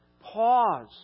Pause